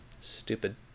stupid